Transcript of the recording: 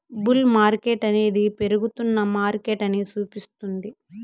bull మార్కెట్టనేది పెరుగుతున్న మార్కెటని సూపిస్తుంది